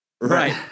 Right